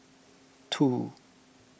two